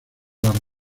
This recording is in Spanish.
las